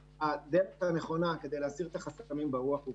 הדרך הנכונה כדי להסיר את החסמים ברוח היא